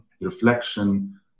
reflection